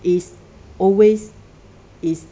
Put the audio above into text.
is always is